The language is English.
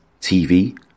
TV